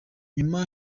nyuma